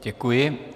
Děkuji.